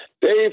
Dave